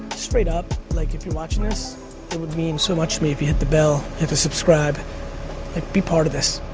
straight up, like if you're watching this, it'd mean so much to me if you hit the bell, hit the subscribe, like be part of this.